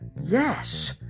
Yes